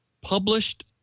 published